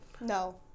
No